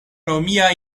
romia